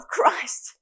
Christ